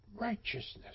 righteousness